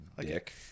Dick